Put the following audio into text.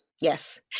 Yes